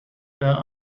there